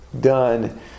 done